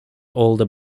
older